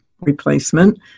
replacement